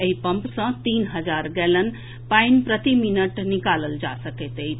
एहि पम्प सॅ तीन हजार गैलन पानि प्रति मिनट निकालल जा सकैत अछि